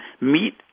meet